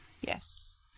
Yes